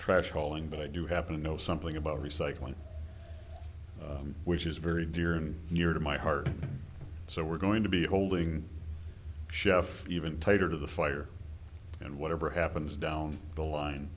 trash hauling but i do happen to know something about recycling which is very near and dear to my heart so we're going to be holding chef even tighter to the fire and whatever happens down the